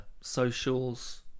socials